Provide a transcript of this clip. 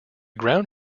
ground